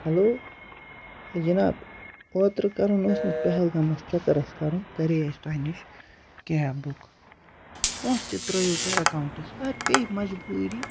hello ہے جِناب اوترٕ کَرُن اوس نہٕ حظ پہلگام اوس چَکر اَسہِ کَرُن کَرے اَسہِ تۄہہِ نِش کیب بُک پونٛسہٕ تہِ ترٛٲیِو تۄہہِ اٮ۪کاونٛٹَس وَ پے مَجبوٗری